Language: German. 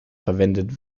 verwendet